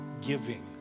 giving